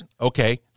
Okay